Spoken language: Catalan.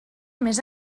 més